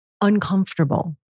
uncomfortable